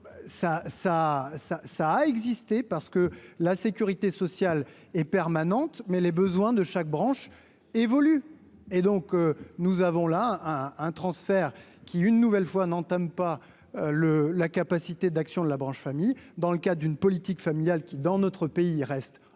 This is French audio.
ça a existé parce que la sécurité sociale et permanente, mais les besoins de chaque branche évolue et donc nous avons là un transfert qui une nouvelle fois n'entame pas le la capacité d'action de la branche famille, dans le cas d'une politique familiale qui dans notre pays reste ambitieuse,